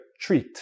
treat